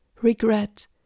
regret